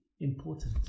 important